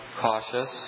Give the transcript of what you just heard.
cautious